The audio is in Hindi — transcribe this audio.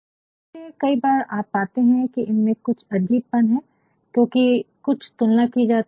तो इसलिए कई बार आप पाते है कि इनमे कुछ अजीबपन है क्योंकि कुछ तुलना कि जाती है